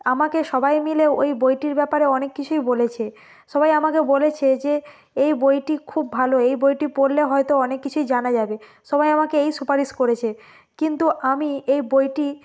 আমাকে সবাই মিলে ওই বইটির ব্যাপারে অনেক কিছুই বলেছে সবাই আমাকে বলেছে যে এই বইটি খুব ভালো এই বইটি পড়লে হয়তো অনেক কিছুই জানা যাবে সবাই আমাকে এই সুপারিশ করেছে কিন্তু আমি এই বইটি